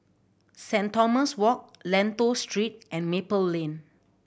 Saint Thomas Walk Lentor Street and Maple Lane